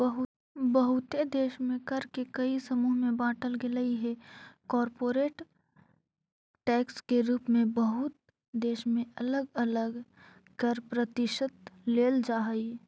बहुते देश में कर के कई समूह में बांटल गेलइ हे कॉरपोरेट टैक्स के रूप में बहुत देश में अलग अलग कर प्रतिशत लेल जा हई